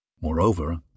Moreover